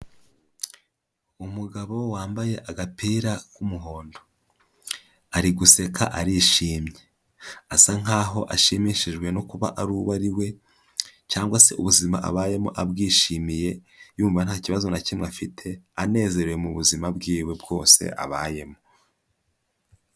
Umugabo wambaye agapira k'umuhondo. Ari guseka arishimye. Asa nkaho ashimishijwe no kuba ari uwo ari we cyangwa se ubuzima abayemo abwishimiye yumva nta kibazo na kimwe afite, anezerewe mu buzima bwiwe bwose abayemo.